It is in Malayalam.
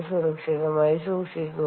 സുരക്ഷിതമായി സൂക്ഷിക്കുക